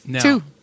Two